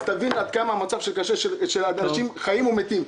אז תבין עד כמה המצב קשה של אנשים חיים ומתים,